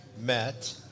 met